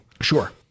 Sure